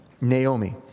Naomi